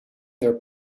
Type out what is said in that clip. their